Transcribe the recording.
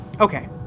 Okay